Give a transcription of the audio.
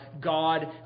God